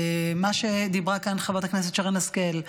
מה שדיברה כאן חברת הכנסת שרן השכל,